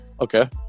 Okay